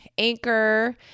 Anchor